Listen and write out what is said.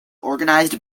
organized